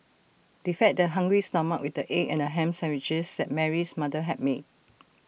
they fed their hungry stomachs with the egg and Ham Sandwiches that Mary's mother had made